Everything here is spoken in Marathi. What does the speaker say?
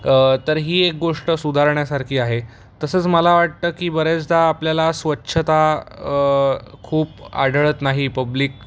त तर ही एक गोष्ट सुधारण्यासारखी आहे तसंच मला वाटतं की बऱ्याचदा आपल्याला स्वच्छता खूप आढळत नाही पब्लिक